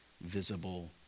visible